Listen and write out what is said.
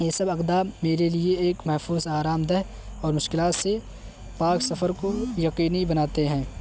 یہ سب اقدام میرے لیے ایک محفوظ آرام دہ اور مشکلات سے پاک سفر کو یقینی بناتے ہیں